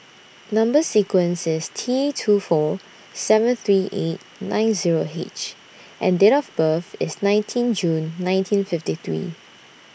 Number sequence IS T two four seven three eight nine Zero H and Date of birth IS nineteen June nineteen fifty three